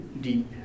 deep